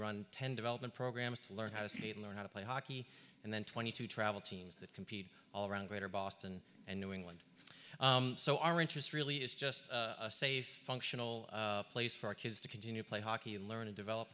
run ten development programs to learn how to skate learn how to play hockey and then twenty two travel teams that compete all around greater boston and new england so our interest really is just a safe functional place for kids to continue play hockey learn to develop